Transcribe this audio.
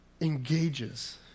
engages